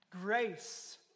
Grace